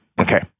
okay